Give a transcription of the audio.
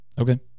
Okay